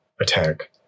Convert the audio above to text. attack